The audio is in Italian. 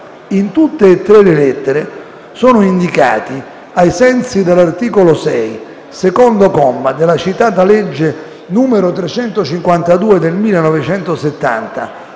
In tutte e tre le lettere sono indicati, ai sensi dell'articolo 6, secondo comma, della citata legge n. 352 del 1970,